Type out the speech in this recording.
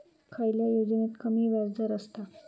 खयल्या योजनेत कमी व्याजदर असता?